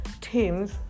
teams